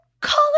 call